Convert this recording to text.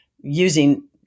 using